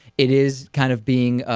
it is kind of being ah.